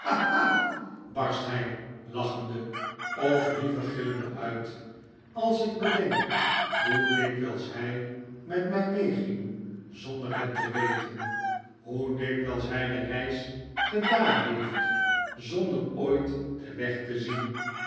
borst hij lachende of liever gillende uit als ik bedenk hoe dikwyls hi met my mee ging zonder het te weten hoe dikwijls hy de reis gedaan heeft zonder ooit den weg te zien